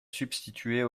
substituer